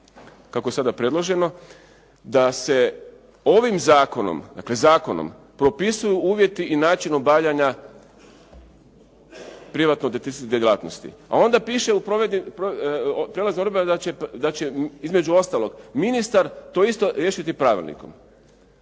kako je sada predloženo, da se ovim zakonom propisuju uvjeti i načini obavljanja privatne detektivske djelatnosti. A onda bi išli u prijelazne odredbe da će između ostalog ministar to isto riješiti pravilnikom.